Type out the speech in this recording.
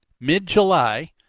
mid-July